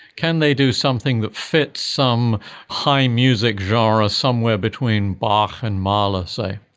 can they do something that fits some high music genre somewhere between bach and mahler, say?